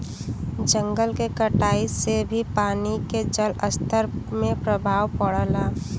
जंगल के कटाई से भी पानी के जलस्तर में प्रभाव पड़ला